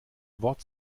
wort